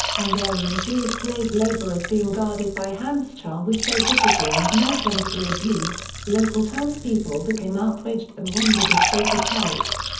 hungarian jewish slave laborers being guarded by handschar were so viciously and mercilessly abused, local townspeople became outraged and wondered if they could help.